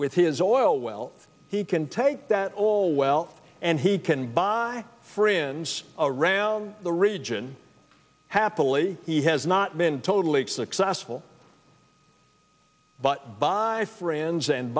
with his own oil well he can take that all well and he can buy friends around the region happily he has not been totally successful but by friends and